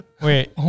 Wait